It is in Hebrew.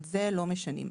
את זה לא משנים,